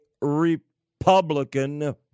Republican